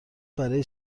برای